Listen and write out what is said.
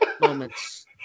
moments